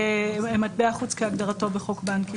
למטבע חוץ כהגדרתו בחוק בנק ישראל.